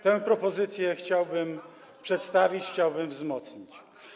Tę propozycję chciałbym przedstawić, chciałbym wzmocnić.